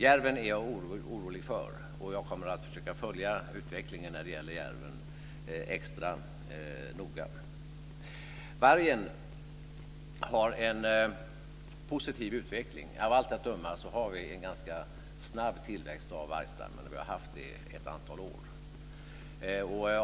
Järven är jag orolig för, och jag kommer att försöka följa utvecklingen när det gäller järven extra noga. Vargen har en positiv utveckling. Av allt att döma har vi en ganska snabb tillväxt av vargstammen, och vi har haft det ett antal år.